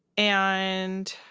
and,